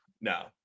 No